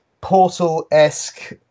portal-esque